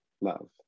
love